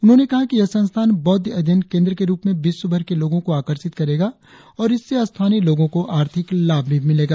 उन्होंने कहा कि यह संस्थान बौद्ध अध्ययन केंद्र के रुप में विश्वभर के लोगो को आकर्षित करेगा और इस से स्थानीय लोगो को आर्थिक लाभ भी मिलेगा